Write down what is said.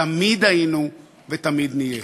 תמיד היינו ותמיד נהיה.